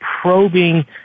probing